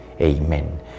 Amen